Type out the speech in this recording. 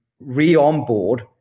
re-onboard